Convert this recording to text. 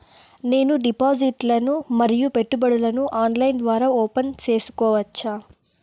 నేను డిపాజిట్లు ను మరియు పెట్టుబడులను ఆన్లైన్ ద్వారా ఓపెన్ సేసుకోవచ్చా?